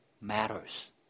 matters